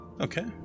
Okay